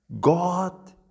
God